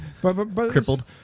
Crippled